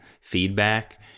feedback